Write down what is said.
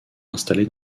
installé